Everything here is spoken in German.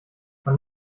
man